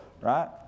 right